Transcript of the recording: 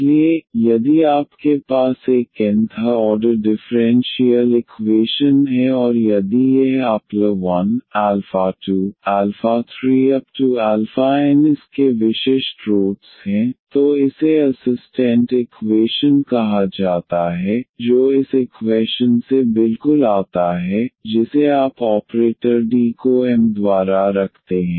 इसलिए यदि आपके पास एक nth ऑर्डर डिफरेंशियल इक्वेशन है और यदि यह 12 3n इस के विशिष्ट रोट्स हैं तो इसे असिस्टेंट इक्वेशन कहा जाता है जो इस इक्वैशन से बिल्कुल आता है जिसे आप ऑपरेटर d को m द्वारा रखते हैं